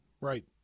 Right